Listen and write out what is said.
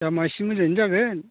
दामा इसि मोजाङैनो जागोन